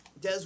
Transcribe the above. Des